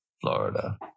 Florida